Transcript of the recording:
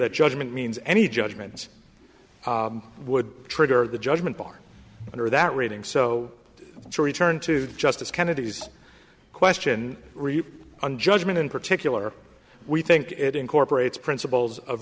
that judgment means any judgments would trigger the judgment bar under that rating so surely turn to justice kennedy's question on judgment in particular we think it incorporates principles of